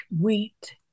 wheat